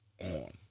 On